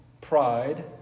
pride